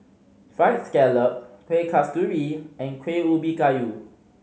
Fried Scallop Kueh Kasturi and Kuih Ubi Kayu